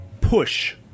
push